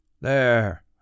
There